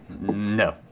No